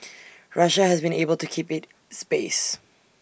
Russia has been able to keep IT space